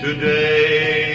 Today